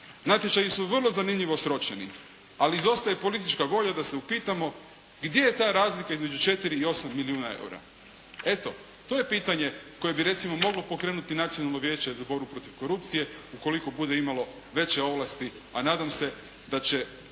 Natječaji su vrlo zanimljivo sročeni, ali izostaje politička volja da se upitamo gdje je ta razlika između 4 i 8 milijuna eura. Eto, to je pitanje koje bi recimo moglo pokrenuti Nacionalno vijeće za borbu protiv korupcije ukoliko bude imalo veće ovlasti, a nadam se da će